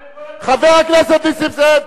מה עם כל, חבר הכנסת נסים זאב.